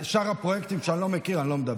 על שאר הפרויקטים, שאני לא מכיר, אני לא מדבר.